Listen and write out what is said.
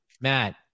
Matt